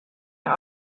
der